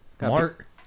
Mark